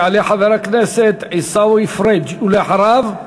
יעלה חבר הכנסת עיסאווי פריג', ואחריו,